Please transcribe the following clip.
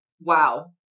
Wow